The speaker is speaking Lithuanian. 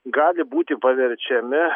gali būti paverčiami